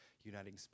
uniting